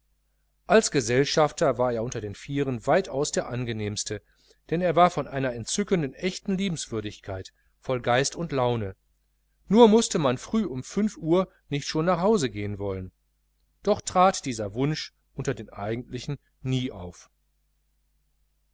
als gesellschafter war er unter den vieren weitaus der angenehmste denn er war von einer entzückenden echten liebenswürdigkeit voller geist und laune nur mußte man früh um fünf uhr nicht schon nach hause gehen wollen doch trat dieser wunsch unter den eigentlichen nie auf